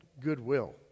goodwill